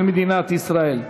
של מדינת ישראל.